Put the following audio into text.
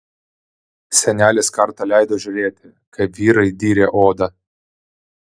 senelis kartą leido žiūrėti kaip vyrai dyrė odą